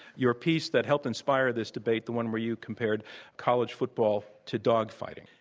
your piece that helped inspire this debate, the one where you compared college football to dog fighting.